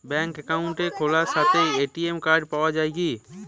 ব্যাঙ্কে অ্যাকাউন্ট খোলার সাথেই এ.টি.এম কার্ড পাওয়া যায় কি?